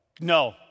no